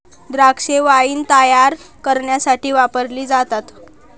द्राक्षे वाईन तायार करण्यासाठी वापरली जातात